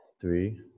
three